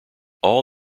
all